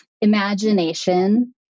imagination